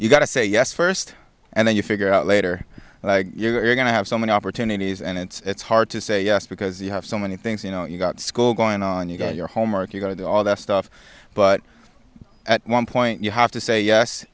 you got to say yes first and then you figure out later like you're going to have so many opportunities and it's hard to say yes because you have so many things you know you've got school going on you've got your homework you've got to do all that stuff but at one point you have to say yes